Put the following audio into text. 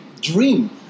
dream